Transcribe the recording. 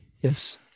Yes